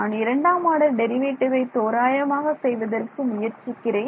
நான் இரண்டாம் order derivative ஐ தோராயமாக செய்வதற்கு முயற்சிக்கிறேன்